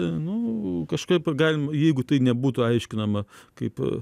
nu kažkaip galim jeigu tai nebūtų aiškinama kaip